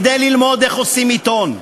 כדי ללמוד איך עושים עיתון.